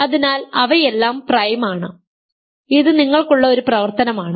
അതിനാൽ അവയെല്ലാം പ്രൈമാണ് ഇത് നിങ്ങൾക്കുള്ള ഒരു പ്രവർത്തനമാണ്